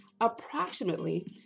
approximately